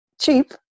cheap